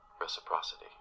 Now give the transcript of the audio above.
reciprocity